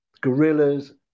Gorillas